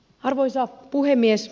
arvoisa puhemies